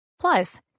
Plus